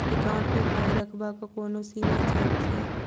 Account मे पाई रखबाक कोनो सीमा छैक की?